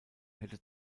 hätte